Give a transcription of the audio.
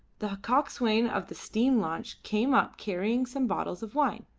the coxswain of the steam launch came up carrying some bottles of wine.